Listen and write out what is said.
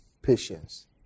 Patience